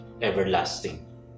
everlasting